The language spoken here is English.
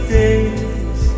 days